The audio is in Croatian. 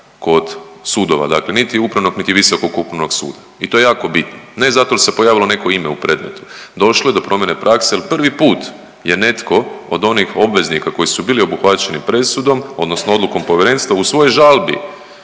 kod sudova, dakle niti upravnog niti Visokog upravnog suda i to je jako bitno, ne zato jel se pojavilo neko ime u predmetu došlo je do promjene prakse jel prvi put je netko od onih obveznika koji su bili obuhvaćeni presudom odnosno odlukom povjerenstva u svojoj žalbi